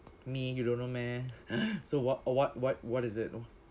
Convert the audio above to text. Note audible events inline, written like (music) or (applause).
me you don't know meh (laughs) so what uh what what what is it oh